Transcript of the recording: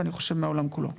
ומהעולם כולו.